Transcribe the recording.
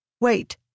Wait